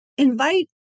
Invite